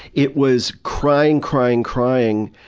it was crying-crying-crying,